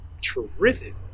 terrific